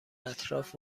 اطراف